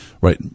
right